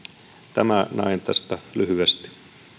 tämä näin tästä lyhyesti